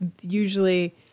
usually